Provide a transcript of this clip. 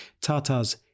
Tatars